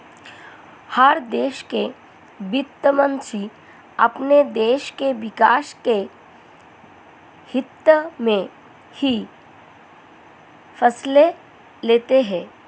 हर देश के वित्त मंत्री अपने देश के विकास के हित्त में ही फैसले लेते हैं